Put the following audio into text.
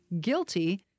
guilty